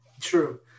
True